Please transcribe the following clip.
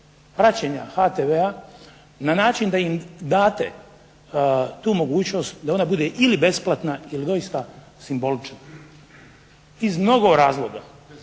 praćenja HTV-a na način da im date tu mogućnost da ona bude ili besplatna ili doista simbolična iz mnogo razloga.